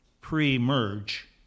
pre-merge